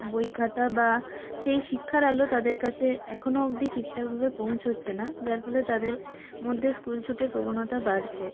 বই খাতা বা সেই শিক্ষার আলো তাদের কাছে এখনো অবধি ঠিকঠাকভাবে পৌঁছচ্ছে না যার ফলে তাদের মধ্যে স্কুলছুটের প্রবণতা বাড়ছে